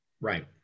right